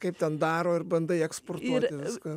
kaip ten daro ir bandai eksportuoti viską